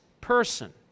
person